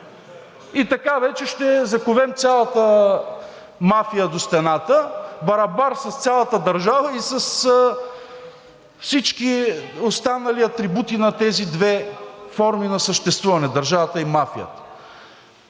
И така вече ще заковем цялата мафия до стената барабар с цялата държава и с всички останали атрибути на тези две форми на съществуване – държавата и мафията.